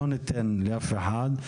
לא ניתן לאף אחד.